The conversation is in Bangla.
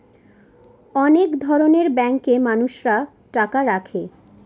অনেক ধরনের ব্যাঙ্কে মানুষরা টাকা রাখে